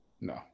No